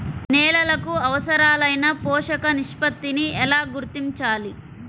నేలలకు అవసరాలైన పోషక నిష్పత్తిని ఎలా గుర్తించాలి?